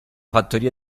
fattoria